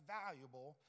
valuable